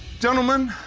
gentlemen,